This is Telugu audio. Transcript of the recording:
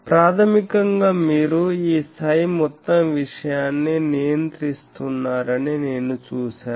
ప్రాథమికంగా మీరు ఈ Ѱ మొత్తం విషయాన్ని నియంత్రిస్తున్నారని నేను చూశాను